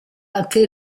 anche